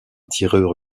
tireur